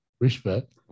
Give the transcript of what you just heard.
Respect